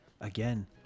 Again